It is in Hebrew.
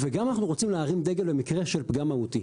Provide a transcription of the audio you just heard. וגם אנחנו רוצים להרים דגל במקרה של פגם מהותי.